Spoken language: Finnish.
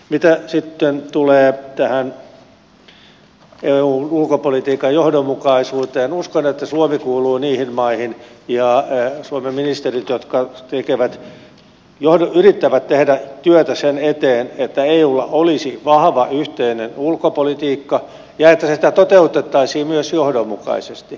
mitä sitten tulee tähän eun ulkopolitiikan johdonmukaisuuteen niin uskon että suomi kuuluu niihin maihin ja suomen ministerit niihin jotka yrittävät tehdä työtä sen eteen että eulla olisi vahva yhteinen ulkopolitiikka ja että sitä toteutettaisiin myös johdonmukaisesti